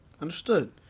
Understood